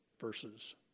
verses